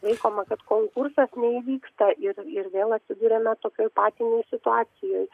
laikoma kad konkursas neįvyksta ir ir vėl atsiduriame tokioj patinėj situacijoj